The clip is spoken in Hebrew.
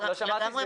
לא שמעתי.